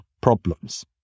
problems